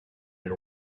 and